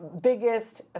biggest